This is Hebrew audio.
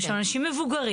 יש שם אנשים מבוגרים,